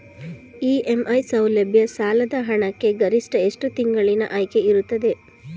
EMI ಸೌಲಭ್ಯ ಸಾಲದ ಹಣಕ್ಕೆ ಗರಿಷ್ಠ ಎಷ್ಟು ತಿಂಗಳಿನ ಆಯ್ಕೆ ಇರುತ್ತದೆ?